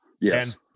Yes